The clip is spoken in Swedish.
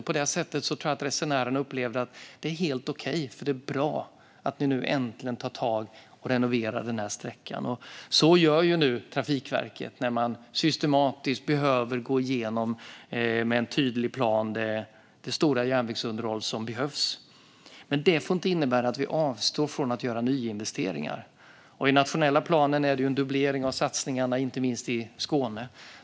På det sättet tror jag att resenärerna upplevde att det var helt okej - det är bra att ni nu äntligen tar tag i och renoverar den här sträckan. Så gör nu Trafikverket när man systematiskt med en tydlig plan går igenom det stora järnvägsunderhåll som behövs. Men det får inte innebära att vi avstår från att göra nyinvesteringar. I den nationella planen är det en dubblering av satsningarna i Skåne.